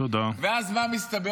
ואז מה מסתבר?